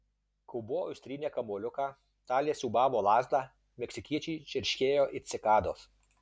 kaubojus trynė kamuoliuką talė siūbavo lazdą meksikiečiai čerškėjo it cikados